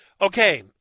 Okay